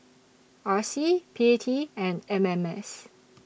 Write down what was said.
R C P T and M M S